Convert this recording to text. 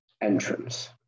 entrance